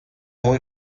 muy